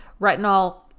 retinol